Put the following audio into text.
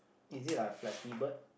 is it like a Flappy-Bird